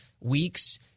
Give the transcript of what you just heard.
weeks